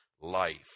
life